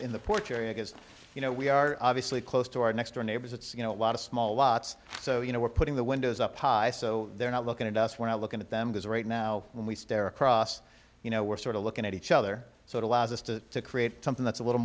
because you know we are obviously close to our next door neighbors it's you know a lot of small lots so you know we're putting the windows up high so they're not looking at us we're not looking at them does right now when we stare across you know we're sort of looking at each other so it allows us to create something that's a little